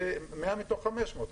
100 מתוך 500,